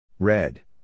Red